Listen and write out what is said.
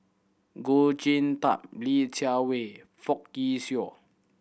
Goh Sin Tub Li Jiawei Fock